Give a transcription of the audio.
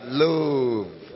love